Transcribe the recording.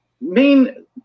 main